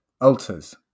Altars